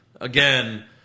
again